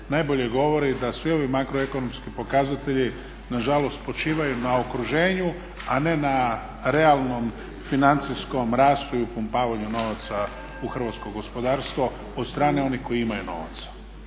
najbolje govori da svi ovi makroekonomski pokazatelji na žalost počivaju na okruženju a ne na realnom financijskom rastu i upumpavanju novaca u hrvatsko gospodarstvo od strane onih koji imaju novac.